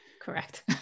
Correct